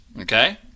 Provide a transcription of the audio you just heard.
okay